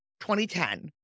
2010